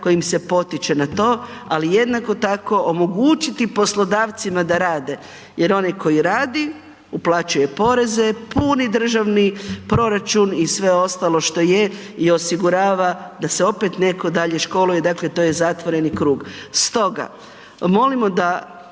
kojim se potiče na to, ali jednako tako omogućiti poslodavcima da rade jer onaj koji radi, uplaćuje poreze, puni državni proračun i sve ostalo što je i osigurava da se opet netko dalje školuje, dakle to je zatvoreni krug. Stoga, molimo da